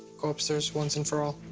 go upstairs, once and for all.